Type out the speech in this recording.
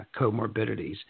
comorbidities